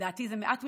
לדעתי זה מעט מדי,